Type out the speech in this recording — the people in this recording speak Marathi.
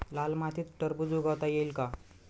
लाल मातीत टरबूज उगवता येईल का?